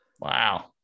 Wow